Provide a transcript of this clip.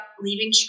leaving